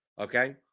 Okay